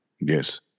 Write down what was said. Yes